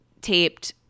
taped